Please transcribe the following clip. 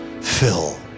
fill